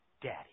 Daddy